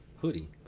hoodie